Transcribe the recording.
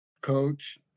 coach